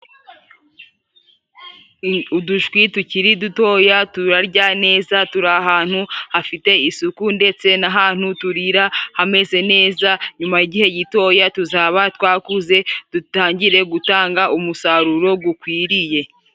Udushwi tukiri dutoya turarya neza, turi ahantu hafite isuku ndetse n'ahantu turira hameze neza, nyuma y'igihe gitoya tuzaba twakuze dutangire gutanga umusaruro gukwiriye.